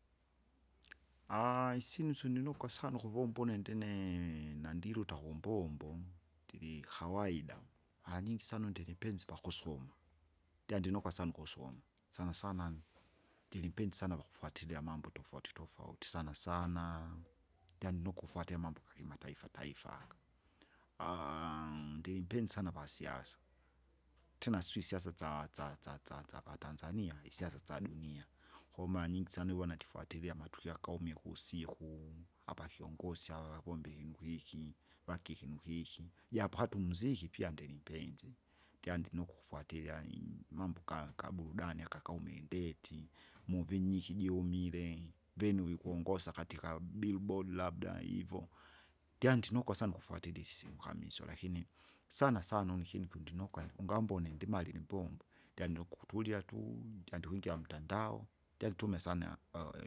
isyinu syundinukwa sana ukuvomba une ndini nandiluta kumbombo, ndilikawaida, maranyingi sana undilimpenzi pakusoma, ndyandinukwa sana ukusoma, sana sana, ndilimpenzi sana wakufwatiria amambo tofauti tofauti sana sana ndyandinukwa ukufwatiria amambo gakimataifa taita aka. ndilimpenzi sana vasiasa, tena sui isiasa sa- sa- sa- savatanzani isiasa syadunia, koo maranyingi sana ivona atifuatiria amatukio akaumie kusiku, apa kiongosi ava vagombile nukwiki, vakiki nukiki, japo hata umziki pia ndilimpenzi, ndyandinuku ukufuatiria i- mambo ga- gaburudani akakaume indeti, Muvinyiki jiumile, vene uvikongosa katika bili bodi labda ivo. Ndyandinukwa sana ukufwatiria isyinu kama isyo lakini sana sana une ikinu kyondinokwa ungambone ndimalile imbombo, ndyandile unkukutulia tuu, ndyandie ukuingia mtando, ndantume sana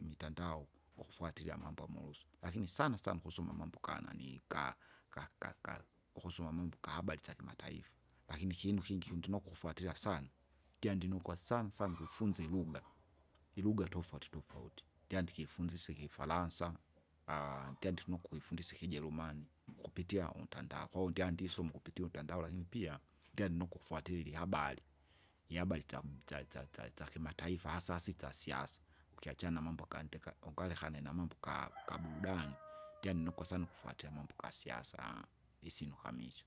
imitandao ukufwatiria amambo amosu. Lakini sana sana ukusuma amambo ganani ga- ga- ga- ukusuma amambo gahabari syakimataifa, Lakini ikyinu ikingi kundino ukufuatiria sana, kyandinukwa sana sana ukufunza iluga. Iluga tofauti tofauti, jandike ifunzise ikifaransa, ndyandi nukwifundisa ikijerumani ukupitia untandao, koo ndyandi isuma ukupitia untando lakini pia, ndandi nukufwatirira ihabari. Ihabari syam- sya- sya- syakimataifa hasa sisya siasa, ukiachana namabo gandeka, ungalekane namabo ga- gaburudani, ndyande nukosana ukufuatiria amambo gasiasa, isyinu kama isyo.